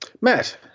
matt